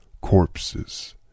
corpses